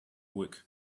week